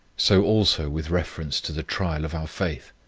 so also with reference to the trial of our faith.